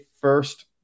first